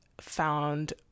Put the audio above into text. found